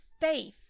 faith